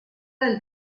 del